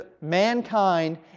mankind